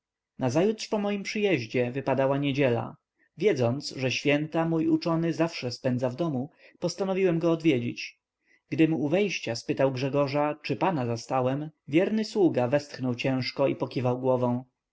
na punkcie korespondencyi nazajutrz po moim przyjeździe wypadała niedziela wiedząc że święta mój uczony zawsze spędza w domu postanowiłem go odwiedzić gdym u wejścia zapytał grzegorza czy pana zastałem wierny sługa westchnął ciężko i pokiwał głową